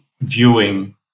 viewing